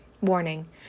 Warning